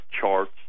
charts